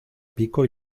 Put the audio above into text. pico